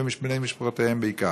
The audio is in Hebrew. ומבני משפחותיהם בעיקר.